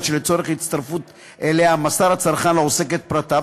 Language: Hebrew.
שלצורך הצטרפות אליה מסר הצרכן לעוסק את פרטיו,